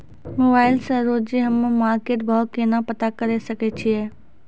Mobile से रोजे हम्मे मार्केट भाव केना पता करे सकय छियै?